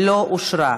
לא אושרה.